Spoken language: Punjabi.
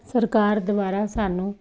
ਸਰਕਾਰ ਦੁਬਾਰਾ ਸਾਨੂੰ